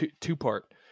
two-part